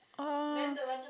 oh